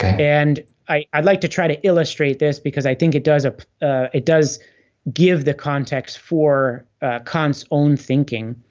and i i'd like to try to illustrate this because i think it does ah it does give the context for kant's own thinking.